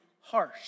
harsh